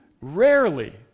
rarely